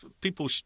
People